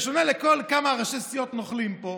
בשונה מכמה ראשי סיעות נוכלים פה,